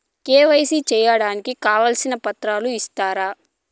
KYC సేయడానికి కావాల్సిన పత్రాలు ఇస్తారా?